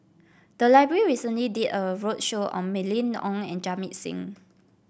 the library recently did a roadshow on Mylene Ong and Jamit Singh